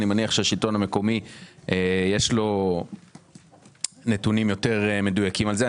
אבל אני מניח שלשלטון המקומי יש נתונים יותר מדויקים על זה.